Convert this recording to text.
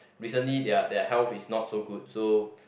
recently their their health is not so good so